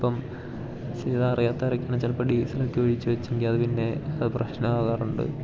ഇപ്പം ചെയ്യാൻ അറിയാത്തൊരക്കാണ് ചിലപ്പോൾ ഡീസലൊക്കെ ഒഴിച്ച് വെച്ചെങ്കിൽ അത് പിന്നെ അത് പ്രശ്നമാകാറുണ്ട്